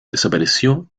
desapareció